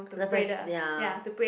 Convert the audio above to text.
the first ya